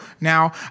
Now